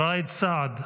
ראא'ד סעד,